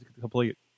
complete